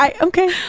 okay